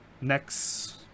next